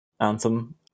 anthem